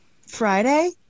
friday